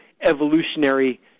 evolutionary